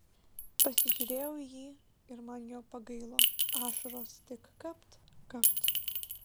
pasižiūrėjau į jį ir man jo pagailo ašaros tik kapt kapt